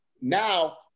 Now